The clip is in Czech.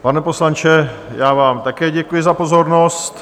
Pane poslanče, já vám také děkuji za pozornost.